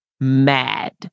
mad